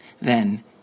Then